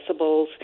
decibels